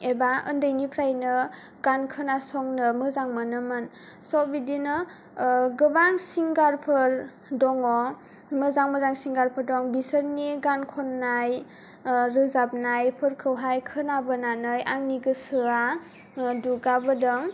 एबा ओन्दैनिफ्रायनो गान खोनासंनो मोजां मोनोमोन स बिदिनो गोबां सिंगारफोर दङ मोजां मोजां सिंगारफोर दं बिसोरनि गान खननाय ओ रोजाबनायफोरखौहाय खोनाबोनानै आंनि गोसोआ दुगाबोदों